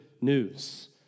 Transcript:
news